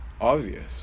obvious